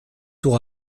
tout